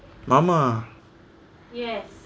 mama